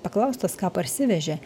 paklaustas ką parsivežė